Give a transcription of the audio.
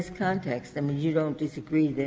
this context. and you don't disagree